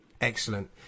Excellent